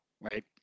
right